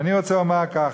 ואני רוצה לומר כך: